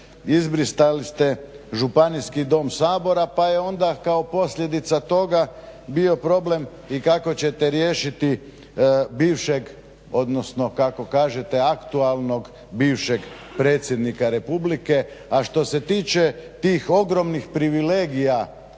izbrisali ste županijski dom Sabora pa je onda kao posljedica toga bio problem i kako ćete riješit bivšeg odnosno kaka kažete aktualnog bivšeg predsjednika Republike. A što se tiče tih ogromnih privilegija